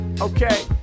okay